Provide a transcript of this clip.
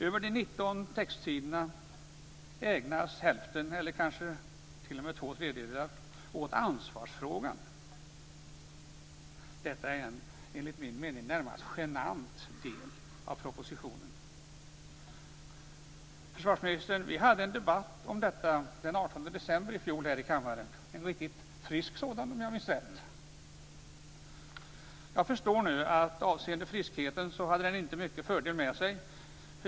Av de över 19 textsidorna ägnas över hälften, kanske två tredjedelar, åt ansvarsfrågan. Detta är enligt min mening en närmast genant del av regeringens proposition. Vi hade en debatt om detta den 18 december i fjol i kammaren, en frisk sådan om jag minns rätt. Jag förstår nu att avseende friskheten hade den inte mycket fördel med sig.